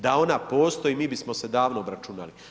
Da ona postoji, mi bismo se davno obračunali.